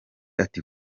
ati